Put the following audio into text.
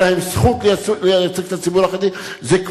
אין להם זכות לייצג את הציבור החרדי.